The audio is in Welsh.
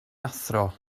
athro